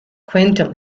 quantum